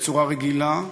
בצורה רגילה,